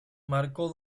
marcó